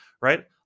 right